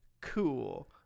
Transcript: cool